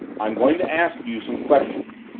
i'm going to ask you some questions!